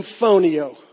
symphonio